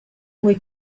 muy